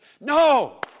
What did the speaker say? No